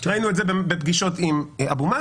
ראינו את זה בפגישות עם אבו-מאזן,